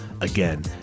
Again